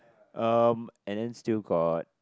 um and then still got